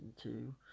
two